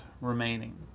remaining